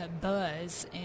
buzz